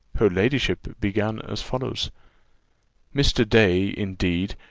her ladyship began as follows mr. day, indeed,